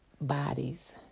bodies